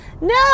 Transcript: no